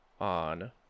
on